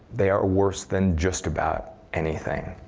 they are worse than just about anything,